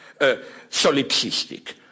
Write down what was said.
solipsistic